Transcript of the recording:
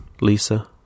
Lisa